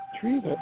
trees